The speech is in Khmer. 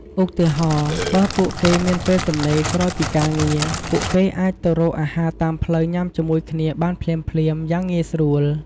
ឧទាហរណ៍៖ បើពួកគេមានពេលទំនេរក្រោយពីការងារ ពួកគេអាចទៅរកអាហារតាមផ្លូវញ៉ាំជាមួយគ្នាបានភ្លាមៗ យ៉ាងងាយស្រួល។